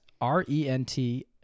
R-E-N-T